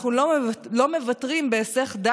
אנחנו נמצאים ערב מימושה הצפוי של הצהרת ראש